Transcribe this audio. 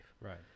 Right